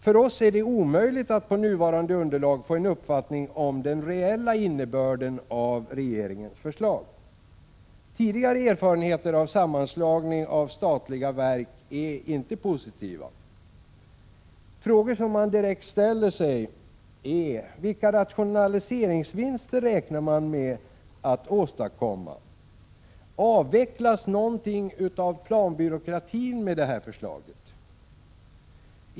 För oss är det omöjligt att på nuvarande underlag få en uppfattning om den reella innebörden av regeringens förslag. Tidigare erfarenheter av sammanslagning av statliga verk är inte positiva. Frågor som man direkt ställer sig är: Vilka rationaliseringsvinster räknar man med att åstadkomma? Avecklas någonting av planbyråkratin med detta förslag?